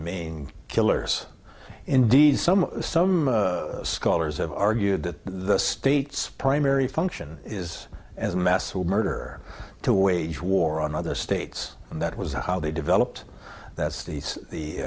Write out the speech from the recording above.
main killers indeed some some scholars have argued that the state's primary function is as a mass murderer to wage war on other states and that was how they developed that's the